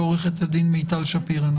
ועוה"ד מיטל שפירא,